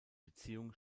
beziehung